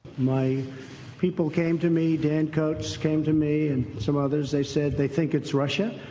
my people came to me, dan coates came to me and some others. they said they think it's russia.